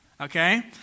Okay